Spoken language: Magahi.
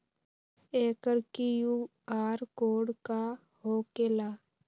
एकर कियु.आर कोड का होकेला?